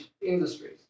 industries